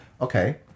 okay